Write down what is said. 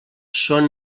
són